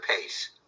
pace